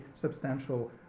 substantial